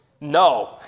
no